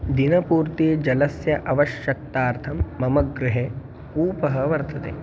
दिनपूर्तिः जलस्य आवश्यकतार्थं मम गृहे कूपः वर्तते